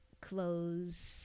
clothes